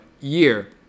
year